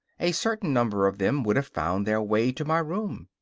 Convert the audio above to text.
a certain number of them would have found their way to my room.